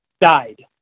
died